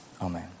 Amen